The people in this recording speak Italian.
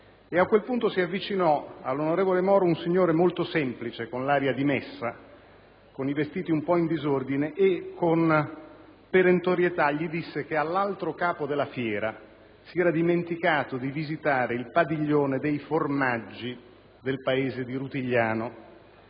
ed a quel punto si avvicinò all'onorevole Moro un signore molto semplice, con l'aria dimessa, con i vestiti un po' in disordine e con perentorietà gli disse che all'altro capo della fiera si era dimenticato di visitare il padiglione dei formaggi del paese di Rutigliano.